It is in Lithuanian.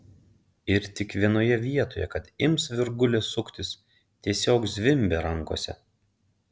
ir tik vienoje vietoje kad ims virgulės suktis tiesiog zvimbia rankose